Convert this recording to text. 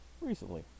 recently